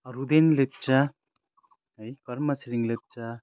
रुदेन लेप्चा है कर्म छिरिङ लेप्चा